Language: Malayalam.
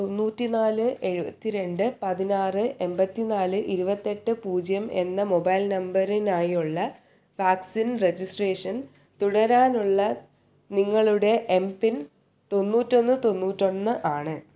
തൊണ്ണൂറ്റി നാല് എഴുപത്തി രണ്ട് പതിനാറ് എൺപത്തി നാല് ഇരുപത്തെട്ട് പൂജ്യം എന്ന മൊബൈൽ നമ്പറിനായുള്ള വാക്സിൻ രജിസ്ട്രേഷൻ തുടരാനുള്ള നിങ്ങളുടെ എം പിൻ തൊണ്ണൂറ്റൊന്ന് തൊണ്ണൂറ്റൊന്ന് ആണ്